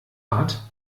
hat